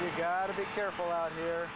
you gotta be careful out here